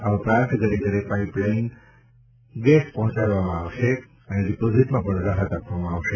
આ ઉપરાંત ઘરે ઘરે પાઇપલાઇનથી ગેસ પહોંચાડવા હવે ડિપોઝિટમાં પણ રાહત આપવામાં આવશે